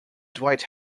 dwight